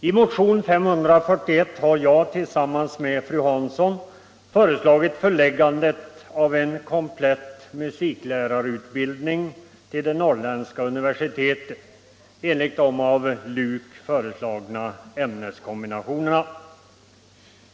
I motionen 541 har jag, tillsammans med fru Hansson, föreslagit förläggandet av en komplett musiklärarutbildning till det norrländska universitetet enligt de av LUK föreslagna ämneskombinationerna.